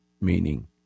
Meaning